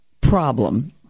problem